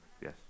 yes